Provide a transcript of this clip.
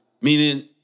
Meaning